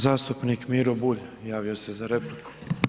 Zastupnik Miro Bulj javio se za repliku.